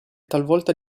talvolta